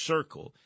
Circle –